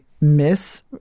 miss